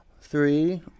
Three